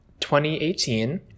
2018